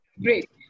great